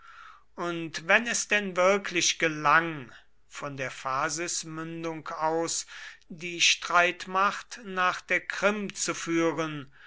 und wenn es denn wirklich gelang von der phasismündung aus die streitmacht nach der krim zu führen